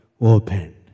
opened